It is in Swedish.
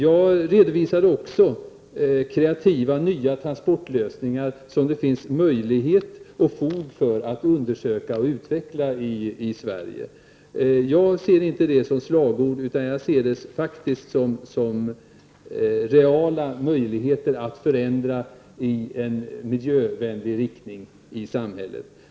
Jag redovisade också kreativa nya transportlösningar som det finns möjligheter och fog för att undersöka och utveckla i Sverige. Jag ser det inte som slagord, utan jag ser det faktiskt som reala möjligheter att förändra i en miljövänlig riktning i samhället.